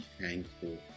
thankful